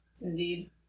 Indeed